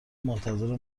منتظر